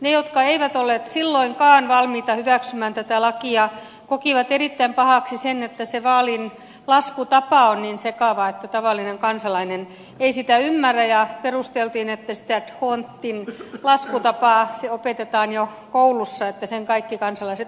ne jotka eivät olleet silloinkaan valmiita hyväksymään tätä lakia kokivat erittäin pahaksi sen että vaalin laskutapa on niin sekava että tavallinen kansalainen ei sitä ymmärrä ja perusteltiin että dhondtin laskutapa opetetaan jo koulussa että sen kaikki kansalaiset ymmärtävät